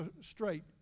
straight